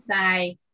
say